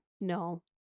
no